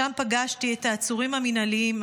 שם פגשתי את העצורים המינהליים,